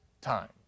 time